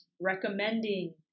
recommending